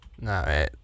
no